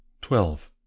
Twelve